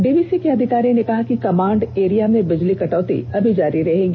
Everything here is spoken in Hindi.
डीवीसी के अधिकारी ने कहा कि कमांड एरिया में बिजली कटौती अभी जारी रहेगी